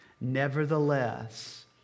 Nevertheless